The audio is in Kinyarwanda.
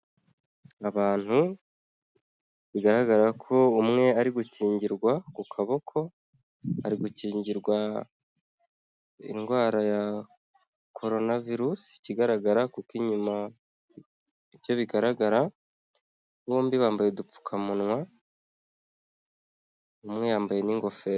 Abantu bigaragara ko umwe ari gukingirwa ku kaboko, ari gukingirwa indwara ya Corona Virus, ikigaragara kuko inyuma nibyo bigaragara, bombi bambaye udupfukamunwa, umwe yambaye n'ingofero.